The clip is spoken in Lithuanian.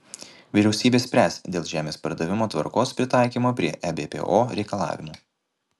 vyriausybė spręs dėl žemės pardavimo tvarkos pritaikymo prie ebpo reikalavimų